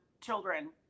children